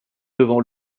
devant